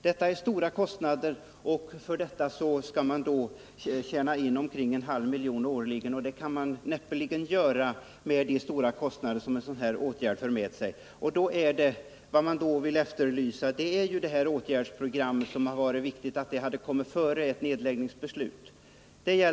Genom att flytta produktionen till Uddevalla skulle man tjäna in ca en halv miljon kronor årligen. Det kan man näppeligen göra om man räknar in de stora kostnader som en nedläggning i Dals-Ed skulle föra med sig. Det hade därför varit riktigt att ett åtgärdsprogram för Brasonbyxan hade kommit före nedläggningsbeslutet.